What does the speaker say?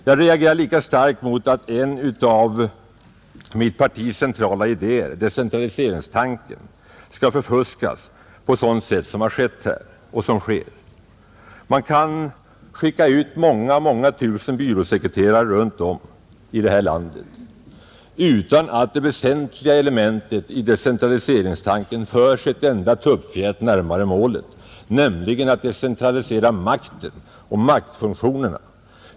Jag reagerar lika starkt mot att en av mitt partis centrala idéer — decentraliseringstanken — skall förfuskas på ett sådant sätt som här sker. Man kan skicka ut många tusen byråsekreterare runt om här i landet utan att det väsentliga elementet i decentraliseringstanken förs ett enda tuppfjät närmare målet, nämligen att decentralisera makten och maktfunktionerna.